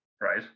right